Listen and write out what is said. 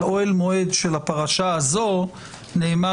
על אוהל מועד של הפרשה הזו נאמר,